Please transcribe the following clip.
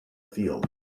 field